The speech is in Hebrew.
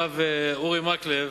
הרב אורי מקלב,